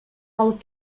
алып